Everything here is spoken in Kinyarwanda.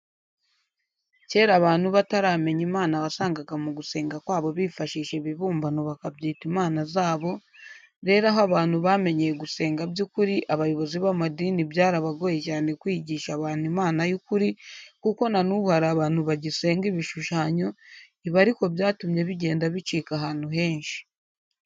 Kera abantu bataramenya Imana wasangaga mu gusenga kwabo bifashisha ibibumbano bakabyita imana zabo, rero aho abantu bamenyeye gusenga by'ukuri abayobozi b'amadini byarabagoye cyane kwigisha abantu Imana y'ukuri kuko na n'ubu hari abantu bagisenga ibishushanyo, ibi ariko byatumye bigenda bicika ahantu henshi.